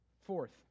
Fourth